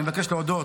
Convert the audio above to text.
אני מבקש להודות